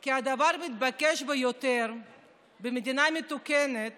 כי הדבר המתבקש ביותר במדינה מתוקנת